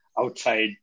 outside